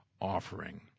offering